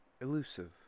elusive